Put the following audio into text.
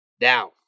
down